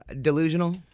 Delusional